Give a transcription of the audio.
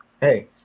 Hey